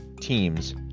teams